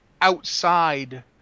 outside